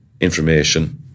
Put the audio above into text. information